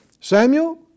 Samuel